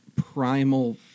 primal